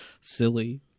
Silly